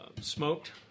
smoked